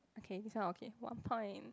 okay this one okay one point